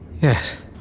Yes